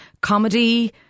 comedy